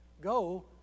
go